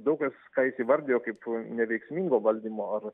daug kas ką jis įvardijo kaip neveiksmingo valdymo ar